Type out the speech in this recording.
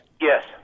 Yes